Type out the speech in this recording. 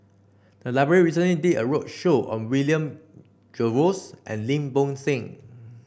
the library recently did a roadshow on William Jervois and Lim Bo Seng